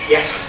Yes